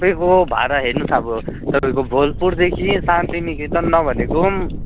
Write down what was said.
तपाईँको भाडा हेर्नुहोस् अब तपाईँको भोलपुरदेखि शान्तिनिकेतन नभनेको पनि